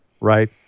right